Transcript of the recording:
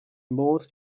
modd